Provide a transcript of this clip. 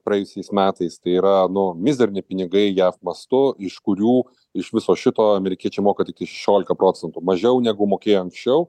praėjusiais metais tai yra nu mizerni pinigai jav mastu iš kurių iš viso šito amerikiečiai moka tiktai šešiolika mažiau negu mokėjo anksčiau